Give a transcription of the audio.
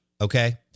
okay